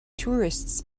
tourists